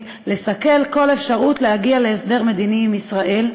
לסכל כל אפשרות להגיע להסדר מדיני עם ישראל,